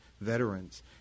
veterans